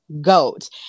Goat